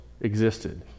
existed